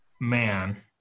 man